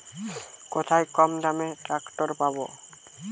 কোথায় কমদামে ট্রাকটার পাব?